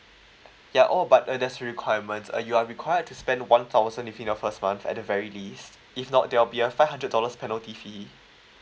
ya all but uh there's a requirement uh you are required to spend one thousand if in your first month at the very least if not there will be a five hundred dollars penalty fee